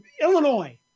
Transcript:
Illinois